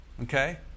Okay